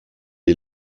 est